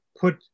put